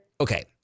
Okay